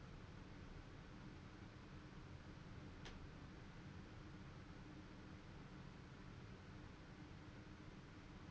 okay mm